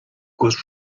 was